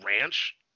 ranch